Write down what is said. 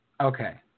Okay